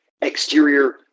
exterior